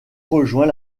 rejoint